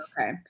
Okay